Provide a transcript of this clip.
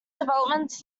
developments